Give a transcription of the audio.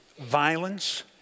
Violence